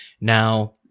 Now